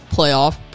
Playoff